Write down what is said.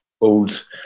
old